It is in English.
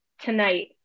Tonight